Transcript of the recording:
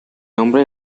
nombre